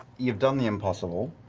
you've done the impossible.